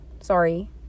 sorry